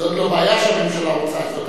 זאת לא בעיה שהממשלה לא רוצה זאת.